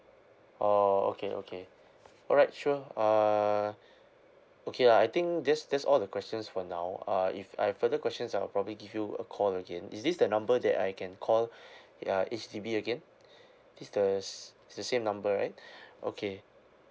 oh okay okay all right sure uh okay lah I think that's that's all the questions for now uh if I have further questions I will probably give you a call again is this the number that I can call ya H_D_B again is the is the same number right okay